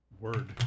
word